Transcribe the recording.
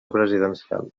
presidencial